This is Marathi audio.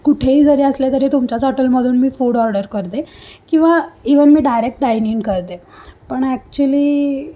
कुठेही जरी असले तरी तुमच्याच हॉटेलमधून मी फूड ऑर्डर करते किंवा इवन मी डायरेक्ट डायनिंग करते पण ॲक्च्युली